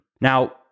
Now